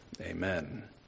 Amen